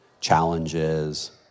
challenges